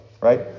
right